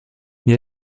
mir